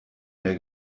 mehr